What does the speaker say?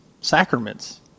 sacraments